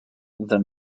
than